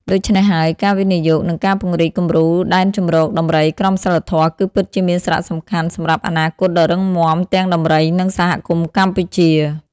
ដូច្នេះហើយ ការវិនិយោគ និងការពង្រីកគំរូដែនជម្រកដំរីក្រមសីលធម៌ គឺពិតជាមានសារៈសំខាន់សម្រាប់អនាគតដ៏រឹងមាំទាំងដំរី និងសហគមន៍កម្ពុជា។